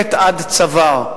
מחושקת עד צוואר.